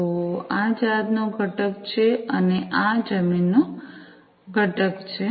તો આ આ જહાજનો ઘટક છે અને આ આ જમીનનો ઘટક છે